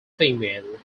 female